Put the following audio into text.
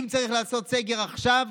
אם צריך לעשות סגר עכשיו,